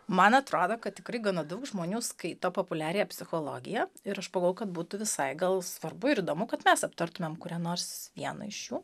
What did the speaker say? man atrodo kad tikrai gana daug žmonių skaito populiariąją psichologiją ir aš pagalvojau kad būtų visai gal svarbu ir įdomu kad mes aptartumėm kurią nors vieną iš šių